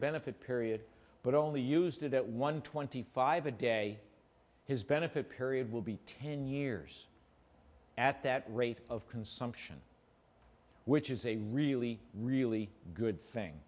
benefit period but only used it at one twenty five a day his benefit period will be ten years at that rate of consumption which is a really really good thing